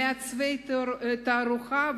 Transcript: מעצבי התערוכה,